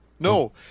No